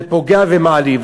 זה פוגע ומעליב.